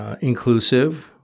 inclusive